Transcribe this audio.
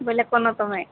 ବେଲେ କଲ ତମେ